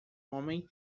homem